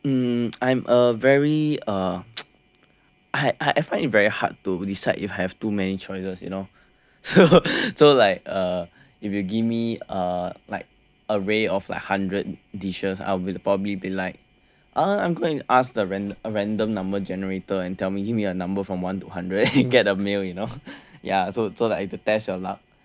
mm I'm a very uh I I find it very hard to decide if I have too many choices you know so like uh if you give me like uh array of like hundred dishes I will probably be like oh I'm going to ask the random number generator and tell me give me a number from one to hundred and get a meal you know ya so so like to test your luck